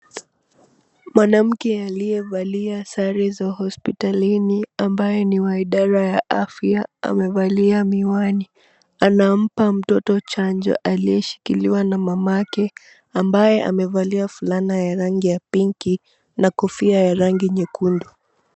Mwanamke aliyevalia sare za hospitalini, ambaye ni wa idara ya afya, amevalia miwani. Anampa mtoto chanjo, aliyeshikiliwa na mamake, ambaye amevalia fulana ya rangi ya pinki na kofia ya rangi nyekundu.